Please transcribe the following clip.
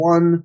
One